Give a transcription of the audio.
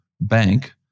bank